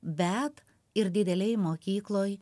bet ir didelėj mokykloj